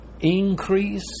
increase